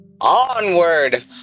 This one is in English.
onward